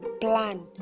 plan